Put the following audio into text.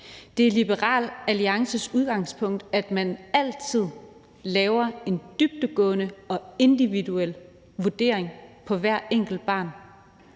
Det er Liberal Alliances udgangspunkt, at man altid laver en dybdegående og individuel vurdering af hvert enkelt barn.